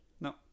No